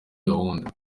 gahunda